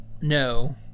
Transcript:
No